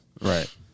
Right